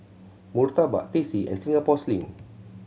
murtabak Teh C and Singapore Sling